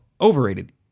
overrated